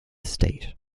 state